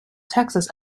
texas